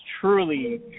truly